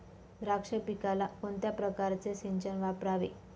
द्राक्ष पिकाला कोणत्या प्रकारचे सिंचन वापरावे?